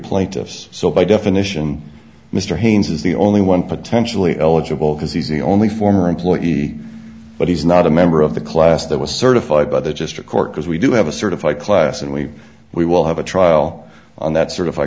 plaintiffs so by definition mr haynes is the only one potentially eligible because he's the only former employee but he's not a member of the class that was certified by the just a court because we do have a certified class and we we will have a trial on that sort of a